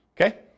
Okay